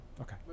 Okay